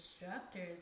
instructors